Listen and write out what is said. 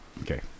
Okay